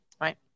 right